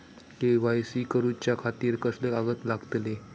KYC करूच्या खातिर कसले कागद लागतले?